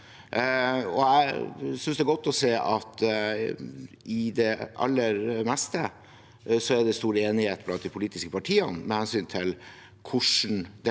Jeg synes det er godt å se at det i det aller meste er stor enighet blant de politiske partiene med hensyn til hvordan dette